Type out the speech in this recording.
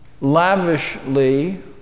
lavishly